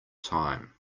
time